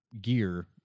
gear